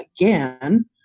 again